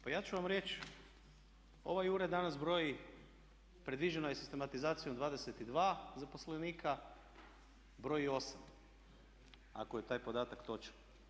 Pa ja ću vam reći ovaj ured danas broji, predviđeno je sistematizacijom 22 zaposlenika, broji 8 ako je taj podatak točan.